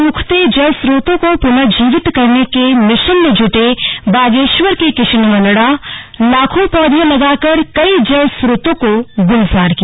सुखते जलस्रोतों को पुनर्जीवित करने के मिशन में जुटे बागेश्वर के किशन मलड़ालाखों पौधे लगाकर कई जलस्रोतों को गुलजार किया